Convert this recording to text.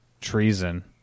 treason